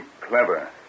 clever